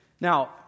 Now